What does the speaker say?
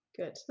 Good